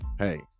Hey